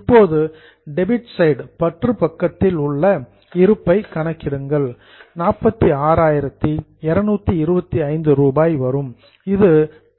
இப்போது debit side பற்று பக்கத்தில் உள்ள இருப்பை கணக்கிடுங்கள் 46225 ரூபாய் வரும் இது